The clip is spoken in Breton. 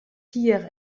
tiez